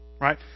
Right